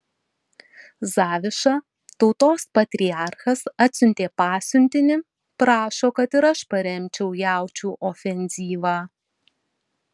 zaviša tautos patriarchas atsiuntė pasiuntinį prašo kad ir aš paremčiau jaučių ofenzyvą